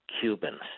cubans